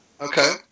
Okay